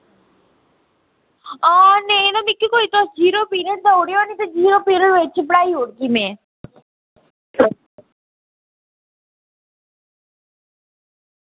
आं नेईं तां भी तुस मिगी जीरो पीरियड देई ओड़ेओ नी में जीरो पीरियड बिच पढ़ाई ओड़गी में